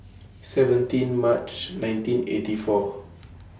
seventeen March nineteen eighty four